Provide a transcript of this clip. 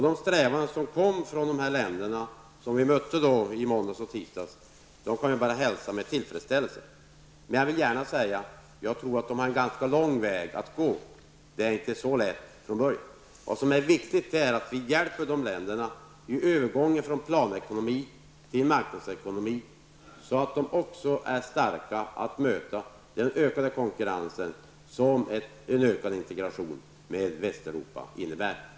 De strävanden från dessa länder som vi mötte i måndags och tisdags kan vi bara hälsa med tillfredsställelse. Jag tror dock att de har en ganska lång väg att gå. Det är inte så lätt från början. Det är viktigt att vi hjälper dessa länder i övergången från planekonomi till marknadsekonomi så att de också blir starka att möta den ökade konkurrensen som ökad integration med Västeuropa innebär.